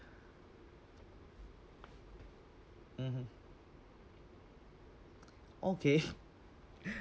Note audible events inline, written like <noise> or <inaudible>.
mmhmm okay <laughs>